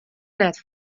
net